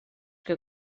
que